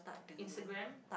Instagram